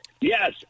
Yes